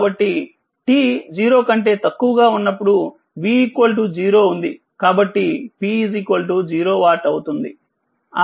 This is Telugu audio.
కాబట్టిt 0 కంటే తక్కువగా ఉన్నప్పుడు v0 ఉంది కాబట్టి P 0వాట్ అవుతుంది